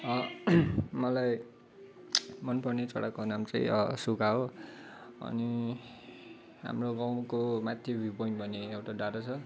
मलाई मनपर्ने चराको नाम चाहिँ सुगा हो अनि हाम्रो गाउँको माथि भ्यू पोइन्ट भन्ने एउटा डाँडा छ